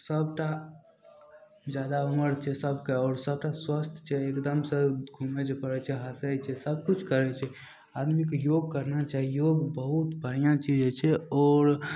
सबटा ज्यादा उमर छै सभके आओर सभटा स्वस्थ छै एकदमसे घुमै छै पढ़ै छै हँसै छै सबकिछु करै छै आदमीके योग करना चाही योग बहुत बढ़िआँ चीज होइ छै आओर